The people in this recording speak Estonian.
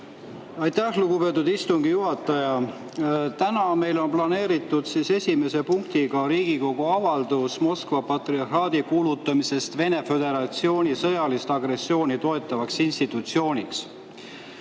Aitäh, lugupeetud istungi juhataja! Täna meil on planeeritud esimese punktina Riigikogu avaldus Moskva patriarhaadi kuulutamisest Venemaa Föderatsiooni sõjalist agressiooni toetavaks institutsiooniks.